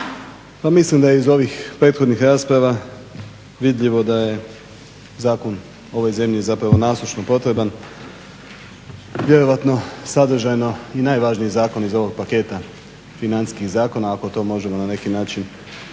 mislim da je iz ovih prethodnih rasprava vidljivo da je zakon ovoj zemlji zapravo nasušno potreban. Vjerojatno sadržajno i najvažniji zakon iz ovog paketa financijskih zakona ako to možemo na neki način mjeriti